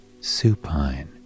supine